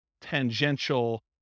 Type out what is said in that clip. tangential